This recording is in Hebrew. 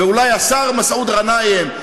ואולי השר מסעוד גנאים,